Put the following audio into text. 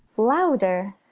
louder?